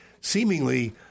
seemingly